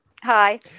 hi